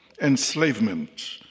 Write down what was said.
enslavement